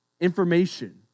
information